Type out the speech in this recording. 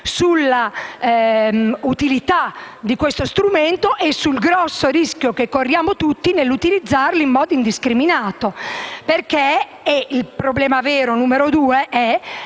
sull'utilità di questo strumento e sul grosso rischio che corriamo tutti nell'utilizzarlo in modo indiscriminato. Il problema vero - problema